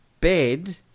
bed